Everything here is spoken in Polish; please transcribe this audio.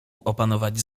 opanować